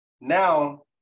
now